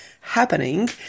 happening